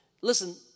Listen